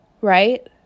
right